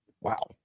Wow